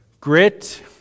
Grit